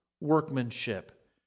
workmanship